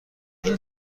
این